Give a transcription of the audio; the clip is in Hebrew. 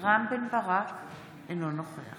רם בן ברק, אינו נוכח